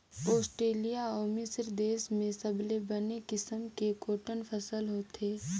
Australia अउ मिस्र देस में सबले बने किसम के कॉटन फसल होथे